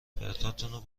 پرتاتون